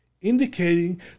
indicating